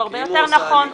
הוא הרבה יותר נכון,